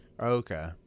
okay